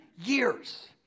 years